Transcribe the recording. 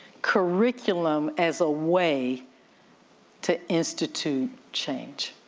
curriculum as a way to institute change,